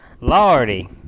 Lordy